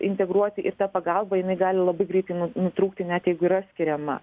integruoti ir ta pagalbą jinai gali labai greitai nu nutrūkti net jeigu yra skiriama